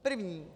První.